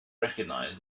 recognize